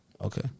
Okay